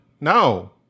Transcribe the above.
No